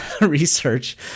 research